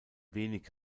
wenig